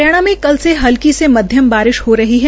हरियाणा में कल से हल्की से मध्यम बारिश हो रही है